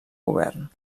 govern